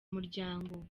muryango